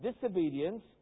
Disobedience